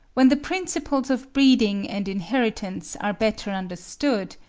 when the principles of breeding and inheritance are better understood,